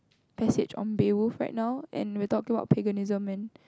passage on Beowulf right now and without do a lot of paganism and